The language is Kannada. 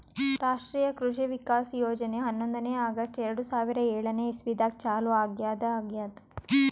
ರಾಷ್ಟ್ರೀಯ ಕೃಷಿ ವಿಕಾಸ್ ಯೋಜನೆ ಹನ್ನೊಂದನೇ ಆಗಸ್ಟ್ ಎರಡು ಸಾವಿರಾ ಏಳನೆ ಇಸ್ವಿದಾಗ ಚಾಲೂ ಆಗ್ಯಾದ ಆಗ್ಯದ್